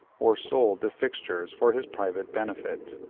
or sold the fixtures for his private benefit.